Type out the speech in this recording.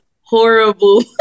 horrible